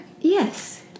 Yes